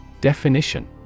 Definition